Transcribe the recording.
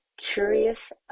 curious